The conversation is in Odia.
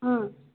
ହଁ